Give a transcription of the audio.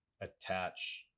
attach